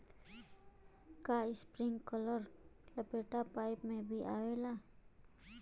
का इस्प्रिंकलर लपेटा पाइप में भी आवेला?